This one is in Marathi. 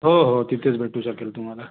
हो हो तिथेच भेटू शकेल तुम्हाला